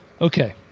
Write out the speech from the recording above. Okay